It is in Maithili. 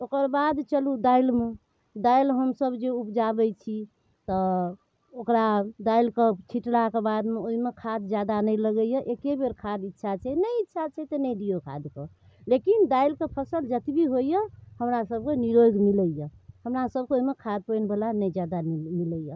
ओकर बाद चलू दालिमे दालि हमसब जे उपजाबैत छी तऽ ओकरा दालि कऽ छीटला कऽ बादमे ओहिमे खाद जादा नहि लगैए एके बेर खाद अच्छा छै नहि अच्छा छै तऽ नहि दिऔ खादके लेकिन दालिके फसल जतबी होइए हमरा सबके निरोग मिलैए हमर सबके ओहिमे खाद पानि बला नहि जादा मिल मिलैए